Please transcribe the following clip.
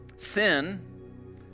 Sin